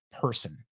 person